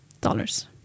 dollars